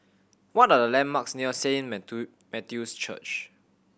what are the landmarks near Saint Matthew's Church